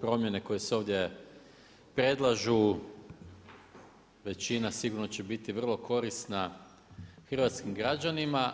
Promjenu koje se ovdje predlažu većina sigurno će biti vrlo korisna hrvatskim građanima,